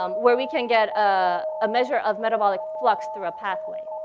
um where we can get ah a measure of metabolic flux through a pathway.